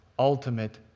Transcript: ultimate